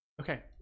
okay